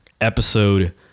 episode